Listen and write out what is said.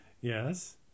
Yes